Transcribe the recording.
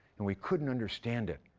and we couldn't understand it,